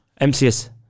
MCS